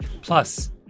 Plus